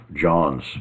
John's